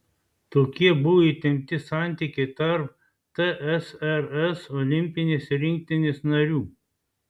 tokie buvo įtempti santykiai tarp tsrs olimpinės rinktinės narių